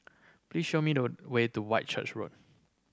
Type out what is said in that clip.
please show me the way to Whitchurch Road